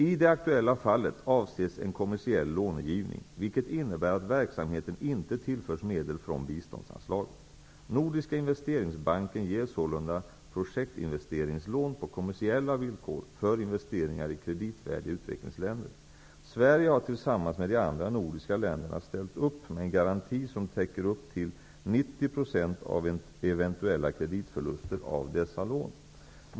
I det aktuella fallet avses en kommersiell lånegivning, vilket innebär att verksamheten inte tillförs medel från biståndsanslaget. Nordiska investeringsbanken ger sålunda projektinvesteringslån på kommersiella villkor för investeringar i kreditvärdiga utvecklingsländer. Sverige har tillsammans med de andra nordiska länderna ställt upp med en garanti som täcker upp till 90 % av eventuella kreditförluster av dessa lån.